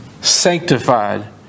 sanctified